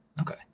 Okay